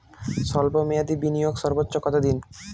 স্বল্প মেয়াদি বিনিয়োগ সর্বোচ্চ কত দিন?